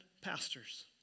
pastors